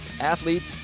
athletes